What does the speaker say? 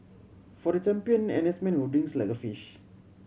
for the champion N S man who drinks like a fish